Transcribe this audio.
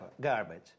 garbage